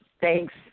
Thanks